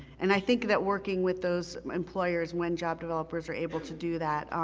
and i think that working with those employers when job developers are able to do that,